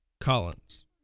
Collins